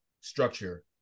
structure